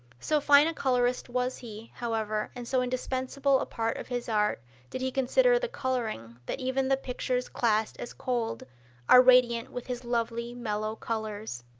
so fine a colorist was he, however, and so indispensable a part of his art did he consider the coloring that even the pictures classed as cold are radiant with his lovely, mellow colors.